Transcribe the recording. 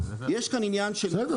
יש כאן עניין של --- בסדר,